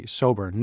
sober